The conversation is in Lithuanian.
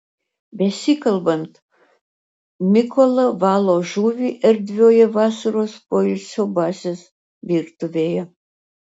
besikalbant mikola valo žuvį erdvioje vasaros poilsio bazės virtuvėje